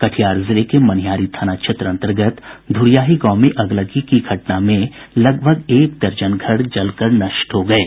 कटिहार जिले के मनिहारी थाना क्षेत्र अन्तर्गत ध्ररियाही गांव में अगलगी की घटना में लगभग एक दर्जन घर जलकर नष्ट हो गये